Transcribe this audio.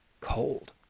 cold